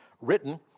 written